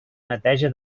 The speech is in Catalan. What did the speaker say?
neteja